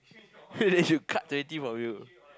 they should cut twenty from you